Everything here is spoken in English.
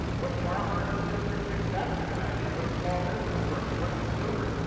what farmer in this district thinks that's a good idea? what small businessperson? what consumer?